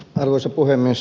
arvoisa puhemies